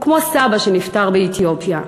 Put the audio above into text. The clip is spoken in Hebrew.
הוא כמו סבא שנפטר באתיופיה,